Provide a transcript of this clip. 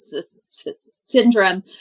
syndrome